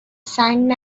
سنگ